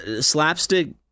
slapstick